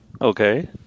Okay